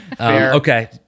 Okay